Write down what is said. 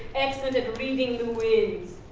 excellent at reading the waves.